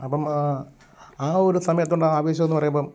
അപ്പം ആ ഒരു സമയത്തുള്ള ആവേശമെന്ന് പറയുമ്പം